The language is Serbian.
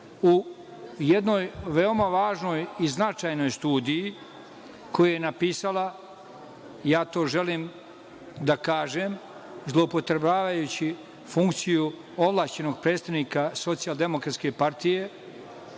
u jednoj veoma važnoj i značajnoj studiji koju je napisala, ja to želim da kažem, zloupotrebljavajući funkciju ovlašćenog predstavnika SDPS, doktorka Zorica